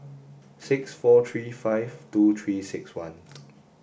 six four three five two three six one